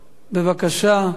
בבקשה,